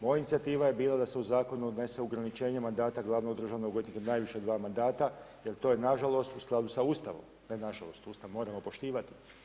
Moja inicijativa je bila da se u zakon unese ograničenje mandata glavnog državnog odvjetnika najviše dva mandata jer to je nažalost u skladu s Ustavom, ne nažalost, Ustav moramo poštivat.